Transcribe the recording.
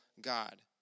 God